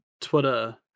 Twitter